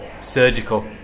surgical